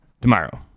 tomorrow